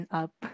up